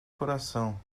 coração